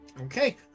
Okay